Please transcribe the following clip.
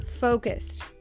focused